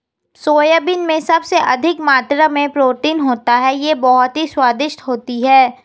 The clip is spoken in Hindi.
सोयाबीन में सबसे अधिक मात्रा में प्रोटीन होता है यह बहुत ही स्वादिष्ट होती हैं